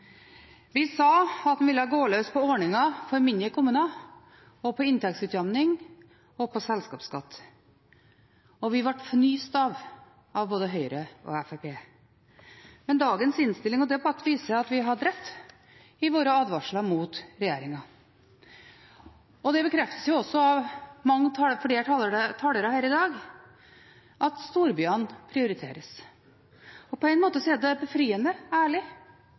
Vi sa at den ville gå løs på ordningen for mindre kommuner, på inntektsutjamning og på selskapsskatt. Vi ble fnyst av av både Høyre og Fremskrittspartiet. Men dagens innstilling og debatt viser at vi hadde rett i våre advarsler mot regjeringen, og det bekreftes jo også av flere talere her i dag at storbyene prioriteres. På en måte er det befriende ærlig